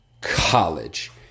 college